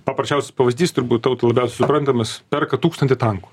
paprasčiausias pavyzdys turbūt tau labiausiai suprantamas perka tūkstantį tankų